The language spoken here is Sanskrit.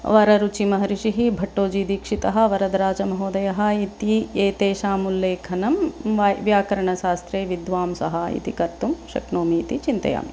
वररुचिमहर्षिः भट्टोजिदीक्षितः वरदराजमहोदयः इति एतेषाम् उल्लेखनं वाय् व्याकरणशास्त्रे विद्वांसः इति कर्तुं शक्नोमि इति चिन्तयामि